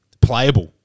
Playable